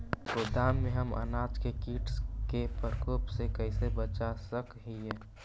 गोदाम में हम अनाज के किट के प्रकोप से कैसे बचा सक हिय?